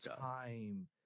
time